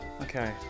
Okay